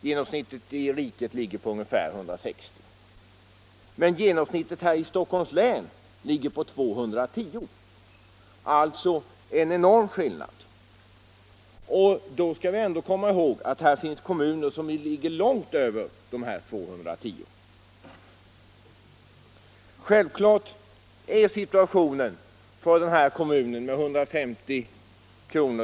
Genomsnittet i riket ligger på ungefär 160, men genomsnittet i Stockholms län ligger på 210. Det är alltså en enorm skillnad. Då skall vi ändå komma ihåg att det finns kommuner där skattekraften ligger långt över 210 skattekronor per invånare. Självklart är situationen för kommunen med 150 kr.